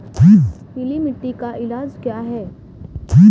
पीली मिट्टी का इलाज क्या है?